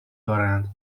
دارند